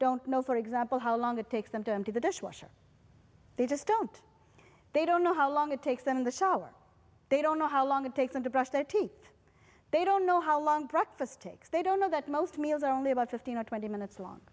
don't know for example how long it takes them to empty the dishwasher they just don't they don't know how long it takes them in the shower they don't know how long it takes them to brush their teeth they don't know how long breakfast takes they don't know that most meals are only about fifteen or twenty minutes long